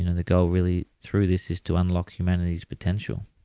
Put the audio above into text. you know the goal really through this is to unlock humanity's potential